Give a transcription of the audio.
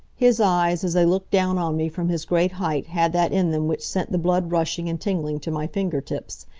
his eyes, as they looked down on me from his great height had that in them which sent the blood rushing and tingling to my finger-tips.